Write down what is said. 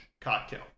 cocktail